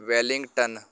Wellington